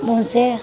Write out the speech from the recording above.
ان سے